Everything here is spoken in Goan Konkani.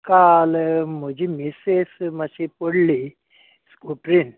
काल म्हजी मिसेस मातशी पडली स्कुटरीन